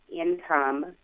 income